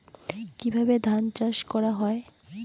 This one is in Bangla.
কিভাবে ধান চাষ করা হয়?